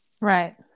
Right